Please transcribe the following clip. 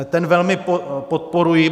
Ten velmi podporuji.